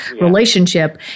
relationship